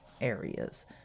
areas